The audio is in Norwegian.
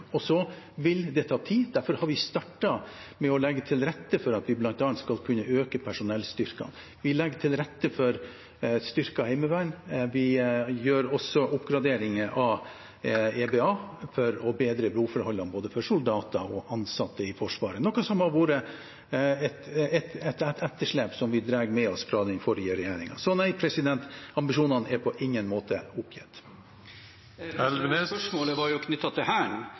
vil ta tid, derfor har vi startet med å legge til rette for at vi bl.a. skal kunne øke personellstyrkene. Vi legger til rette for et styrket heimevern. Vi gjør også oppgraderinger av EBA for å bedre boforholdene for både soldater og ansatte i Forsvaret – et etterslep som vi drar med oss fra den forrige regjeringen. Ambisjonene er på ingen måte gitt opp. Spørsmålet var knyttet til Hæren.